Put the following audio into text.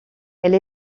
elle